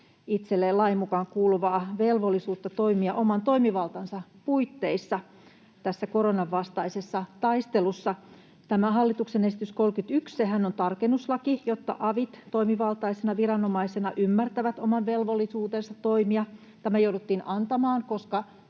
itselleen lain mukaan kuuluvaa velvollisuutta toimia oman toimivaltansa puitteissa tässä koronan vastaisessa taistelussa. Tämä hallituksen esitys 31:hän on tarkennuslaki, jotta avit toimivaltaisina viranomaisina ymmärtävät oman velvollisuutensa toimia. Tämä jouduttiin antamaan, koska